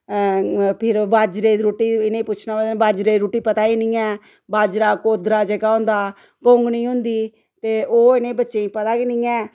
फ्ही बाजरै दी रुट्टी इ'नें पुच्छना बाजरै दी रुट्टी ऐ ने पता नेईं ऐ बाजरा कोदरा जेह्का होंदा कोङनी होंदी ते ओह् इ'नें बच्चें गी पता गै नेईं ऐ